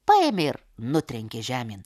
paėmė ir nutrenkė žemėn